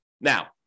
Now